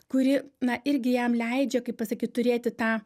kuri na irgi jam leidžia kaip pasakyt turėti tą